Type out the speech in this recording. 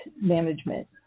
management